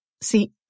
See